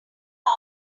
out